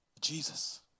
Jesus